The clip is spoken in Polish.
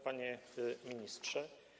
Panie Ministrze!